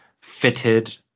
fitted